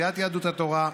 סיעת יהדות התורה,